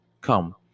come